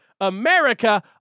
America